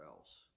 else